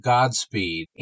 Godspeed